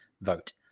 vote